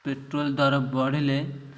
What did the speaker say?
petrol ଦର ବଢ଼ିଲେ